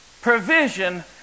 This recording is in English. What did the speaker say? Provision